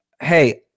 hey